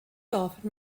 often